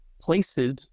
places